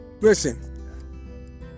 Listen